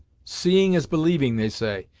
seeing is believing, they say,